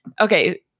Okay